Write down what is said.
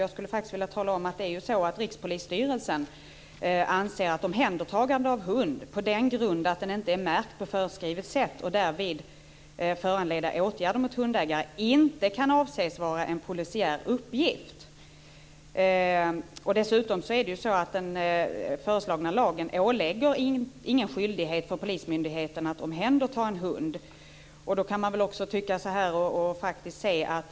Jag vill tala om att det faktiskt är så att Rikspolisstyrelsen anser att omhändertagande av hund, på grund av att den inte är märkt på föreskrivet sätt och därmed föranleder åtgärder mot hundägaren, inte kan anses vara en polisiär uppgift. Dessutom ålägger inte den föreslagna lagen någon skyldighet för polismyndigheten att omhänderta en hund.